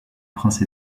prince